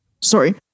Sorry